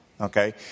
Okay